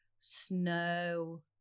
snow